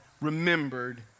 remembered